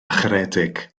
charedig